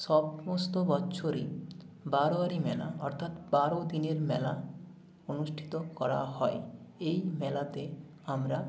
সমস্ত বছরই বারোয়ারি মেলা অর্থাৎ বারো দিনের মেলা অনুষ্ঠিত করা হয় এই মেলাতে আমরা